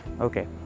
Okay